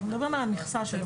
אנחנו מדברים על המכסה.